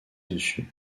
dessus